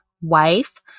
wife